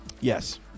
Yes